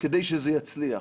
כדי שזה יצליח,